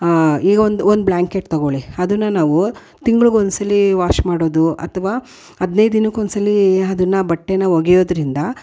ಈಗ ಒಂದು ಒಂದು ಬ್ಲ್ಯಾಂಕೆಟ್ ತಗೋಳಿ ಅದನ್ನ ನಾವು ತಿಂಗ್ಳಿಗೊಂದ್ಸಲ ವಾಶ್ ಮಾಡೋದು ಅಥ್ವಾ ಹದಿನೈದು ದಿನಕ್ಕೊಂದ್ಸಲ ಅದನ್ನು ಬಟ್ಟೇ ಒಗೆಯೋದ್ರಿಂದ